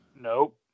Nope